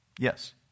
Yes